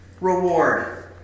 Reward